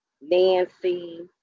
Nancy